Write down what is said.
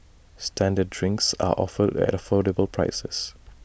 standard drinks are offered at affordable prices